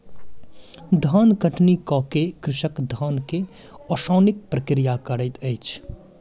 धान कटनी कअ के कृषक धान के ओसौनिक प्रक्रिया करैत अछि